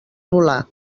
volar